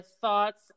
thoughts